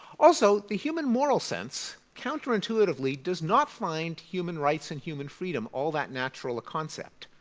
also, the human moral sense, counter intuitively does not find human rights and human freedom all that natural a concept.